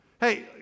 Hey